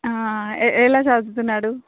ఎలా చదువుతున్నాడు